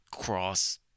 cross